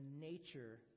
nature